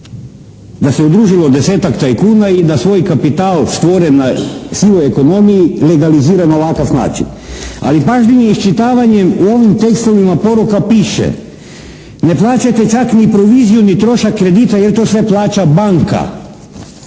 da se udružilo desetak tajkuna i da svoj kapital stvoren na sivoj ekonomiji legalizira na ovakav način, ali pažljivim iščitavanjem u ovim tekstovima poruka piše: ne plaćate čak ni proviziju ni trošak kredita jer to sve plaća banka.